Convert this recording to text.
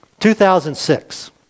2006